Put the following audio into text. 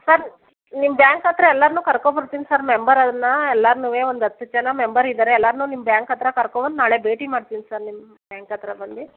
sir ನಿಮ್ಮ bank ಹತ್ತಿರ ಎಲ್ಲರ್ನೂ ಕರ್ಕೊಂ ಬರ್ತೀನಿ ಸರ್ ಮೆಂಬರ್ ಅವ್ರನ್ನ ಎಲ್ಲಾರ್ನೂ ಒಂದು ಹತ್ತು ಜನ ಮೆಂಬರ್ ಇದ್ದಾರೆ ಎಲ್ಲರ್ನೂ ನಿಮ್ಮ ಬ್ಯಾಂಕ್ ಹತ್ತಿರ ಕರ್ಕೊಂ ಬಂದು ನಾಳೆ ಭೇಟಿ ಮಾಡ್ತೀನಿ ಸರ್ ನಿಮ್ಮ ಬ್ಯಾಂಕ್ ಹತ್ರ ಬಂದು